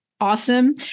Awesome